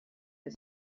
his